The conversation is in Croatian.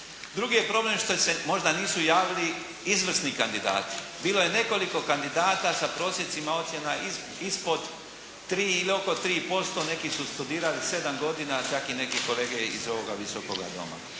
Drugi je problem što se je, možda nisu javili izvrsni kandidati. Bilo je nekoliko kandidata sa prosjecima ocjena ispod tri ili oko tri posto, neki su studirali sedam godina, a čak i neki kolege iz ovoga Visokoga doma.